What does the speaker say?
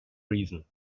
reason